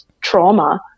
trauma